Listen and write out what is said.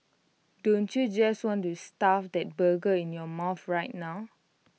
don't you just want to stuff that burger in your mouth right now